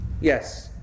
Yes